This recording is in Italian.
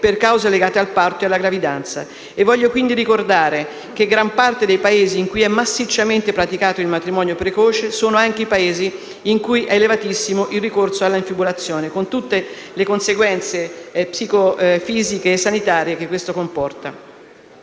per cause legate al parto e alla gravidanza. Voglio ricordare che gran parte dei Paesi in cui è massicciamente praticato il matrimonio precoce, sono anche Paesi in cui è elevatissimo il ricorso all'infibulazione, con tutte le conseguenze psico-fisiche e sanitarie che questo comporta.